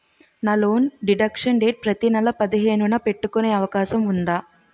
నా loan deduction date ప్రతి నెల పదిహేను న పెట్టుకునే అవకాశం ఉందా?